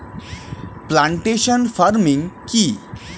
Plantation farming কি?